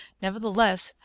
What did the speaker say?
nevertheless,